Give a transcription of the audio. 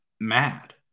mad